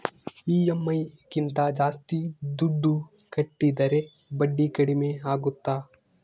EMI ಗಿಂತ ಜಾಸ್ತಿ ದುಡ್ಡು ಕಟ್ಟಿದರೆ ಬಡ್ಡಿ ಕಡಿಮೆ ಆಗುತ್ತಾ?